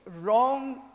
wrong